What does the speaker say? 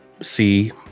see